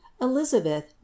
elizabeth